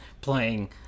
playing